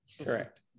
correct